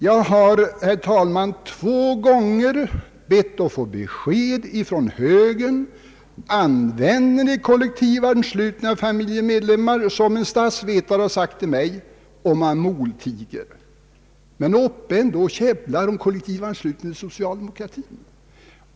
Jag har, herr talman, två gånger bett att få besked från moderata samlingspartiet om man använder kollektivanslutning av familjemedlemmar, vilket en statsvetare har sagt till mig. Man moltiger men är ändå uppe och käbblar om kollektivanslutning till socialdemokratin.